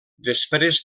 després